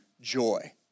joy